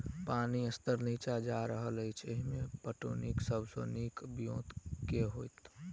पानि स्तर नीचा जा रहल अछि, एहिमे पटौनीक सब सऽ नीक ब्योंत केँ होइत?